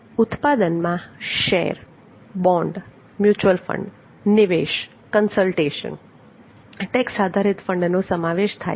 ઉત્પાદનમાં share bond mutual fund નિવેશ consultation tax આધારિત ફંડ વગેરેનો સમાવેશ થાય છે